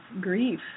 grief